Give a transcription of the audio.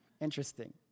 interesting